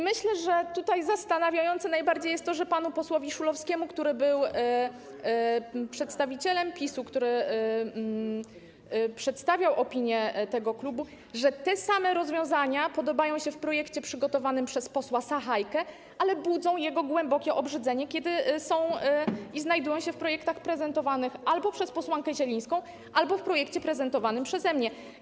Myślę, że tutaj najbardziej zastanawiające jest to, że panu posłowi Szulowskiemu, który był przedstawicielem PiS-u, który przedstawiał opinię tego klubu, te same rozwiązania podobają się w projekcie przygotowanym przez posła Sachajkę, ale budzą jego głębokie obrzydzenie, kiedy znajdują się albo w projekcie prezentowanym przez posłankę Zielińską, albo w projekcie prezentowanym przeze mnie.